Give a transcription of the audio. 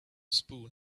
spoon